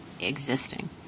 existing